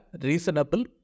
reasonable